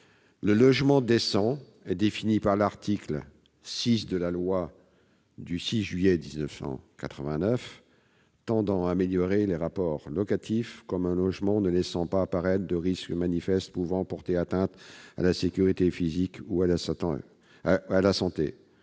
du logement décent donnée par l'article 6 de la loi du 6 juillet 1989 tendant à améliorer les rapports locatifs : il s'agit d'un logement « ne laissant pas apparaître de risques manifestes pouvant porter atteinte à la sécurité physique ou à la santé,